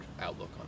outlook